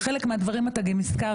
חלק מהדברים אתה גם הזכרת,